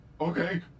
Okay